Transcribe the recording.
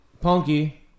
Punky